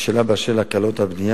לשאלה באשר להקלות על בנייה,